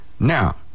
Now